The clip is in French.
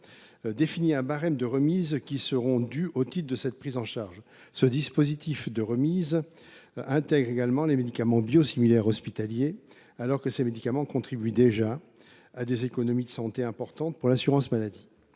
définit un barème de remises qui seront dues au titre de cette prise en charge. Ce dispositif de remises intègre également les médicaments biosimilaires hospitaliers, alors que ces médicaments contribuent déjà à des économies de santé importantes pour l’assurance maladie.